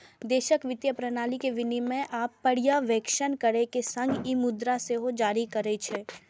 देशक वित्तीय प्रणाली के विनियमन आ पर्यवेक्षण करै के संग ई मुद्रा सेहो जारी करै छै